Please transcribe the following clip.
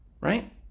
right